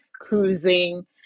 cruising